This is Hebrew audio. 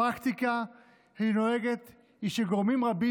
הפרקטיקה הנוהגת היא שגורמים רבים,